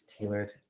tailored